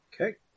Okay